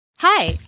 Hi